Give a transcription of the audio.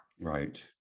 Right